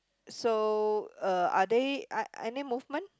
so uh are there uh any movement